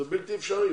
בלתי-אפשרי.